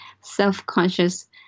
self-conscious